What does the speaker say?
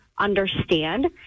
understand